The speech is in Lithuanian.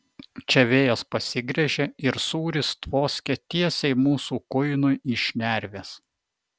čia vėjas pasigręžė ir sūris tvoskė tiesiai mūsų kuinui į šnerves